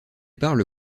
parle